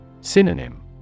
Synonym